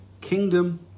kingdom